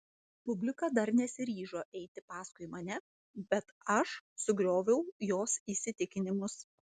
publika dar nesiryžo eiti paskui mane bet aš sugrioviau jos įsitikinimus